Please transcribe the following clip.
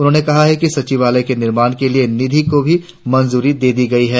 उन्होंने कहा कि सचिवालय के निर्माण के लिए निधि को भी मंजूरी दे दी गई है